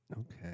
Okay